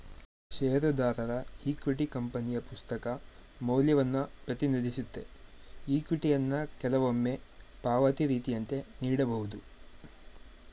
ಷೇರುದಾರರ ಇಕ್ವಿಟಿ ಕಂಪನಿಯ ಪುಸ್ತಕ ಮೌಲ್ಯವನ್ನ ಪ್ರತಿನಿಧಿಸುತ್ತೆ ಇಕ್ವಿಟಿಯನ್ನ ಕೆಲವೊಮ್ಮೆ ಪಾವತಿ ರೀತಿಯಂತೆ ನೀಡಬಹುದು